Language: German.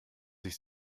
sich